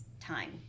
time